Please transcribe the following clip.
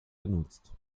genutzt